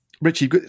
Richie